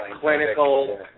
clinical